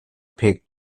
pig